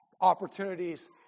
opportunities